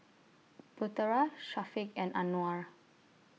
Putera Syafiq and Anuar